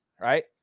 right